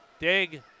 dig